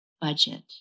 budget